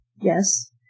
yes